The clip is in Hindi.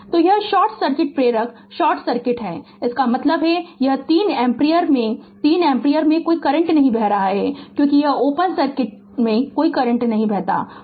तो यह शॉर्ट सर्किट प्रेरक शॉर्ट सर्किट है इसका मतलब है इस 3 एम्पीयर में तो 3 एम्पीयर से कोई करंट नहीं बह रहा है क्योंकि यह ओपन सर्किट है कोई करंट नहीं बह रहा है